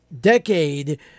decade